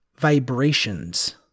vibrations